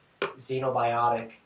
xenobiotic